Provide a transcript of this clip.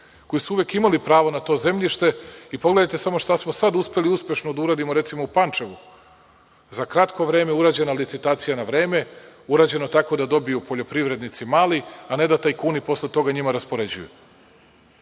koji su uvek imali pravo na to zemljište i pogledajte samo šta smo sad uspeli uspešno da uradimo, recimo u Pančevu. Za kratko vreme je urađena licitacija na vreme, urađeno tako da dobiju poljoprivrednici mali, a ne da tajkuni posle toga njima raspoređuju.A